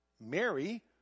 Mary